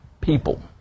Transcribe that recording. people